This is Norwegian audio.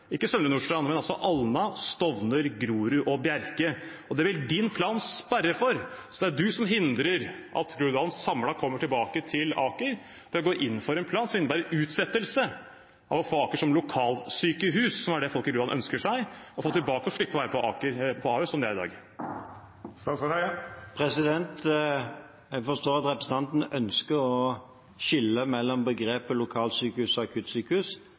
ikke Søndre Nordstrand, men altså Alna, Stovner, Grorud og Bjerke. Det vil statsrådens plan sperre for, så det er han som hindrer at Groruddalen samlet kommer tilbake til Aker, ved å gå inn for en plan som innebærer utsettelse av å få Aker som lokalsykehus – som er det folk i Groruddalen ønsker seg å få tilbake, og slippe å være på Ahus, som de er i dag. Jeg forstår at representanten ønsker å skille mellom begrepene lokalsykehus og akuttsykehus.